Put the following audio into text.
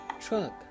Truck